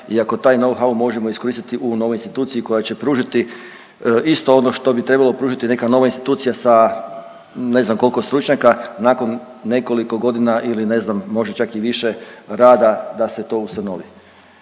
ako taj know how možemo iskoristiti u novoj instituciji koja će pružiti isto ono što bi trebala pružiti neka nova institucija sa ne znam koliko stručnjaka nakon nekoliko godina ili ne znam, možda čak i više rada da se to ustanovi.